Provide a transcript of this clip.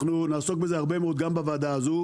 אנחנו נעסוק בזה הרבה מאוד גם בוועדה הזו.